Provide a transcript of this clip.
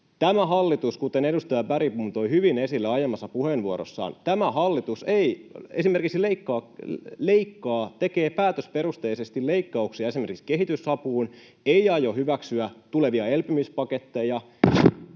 Tämä hallitus, kuten edustaja Bergbom toi hyvin esille aiemmassa puheenvuorossaan, tekee päätösperusteisesti leikkauksia esimerkiksi kehitysapuun eikä aio hyväksyä tulevia elpymispaketteja.